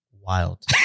wild